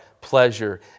pleasure